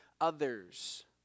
others